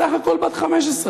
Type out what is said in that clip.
בסך הכול בת 15,